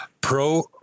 pro